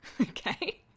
okay